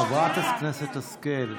חברת הכנסת השכל,